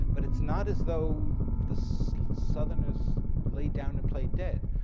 but it's not as though the so southerners laid down and played dead.